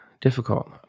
difficult